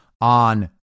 on